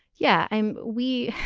yeah, i'm we are